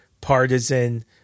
partisan